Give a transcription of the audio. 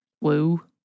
Woo